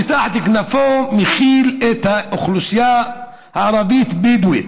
שתחת כנפיו מכיל את האוכלוסייה הערבית-בדואית,